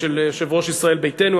של יושב-ראש ישראל ביתנו,